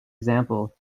example